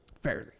fairly